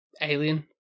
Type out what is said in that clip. Alien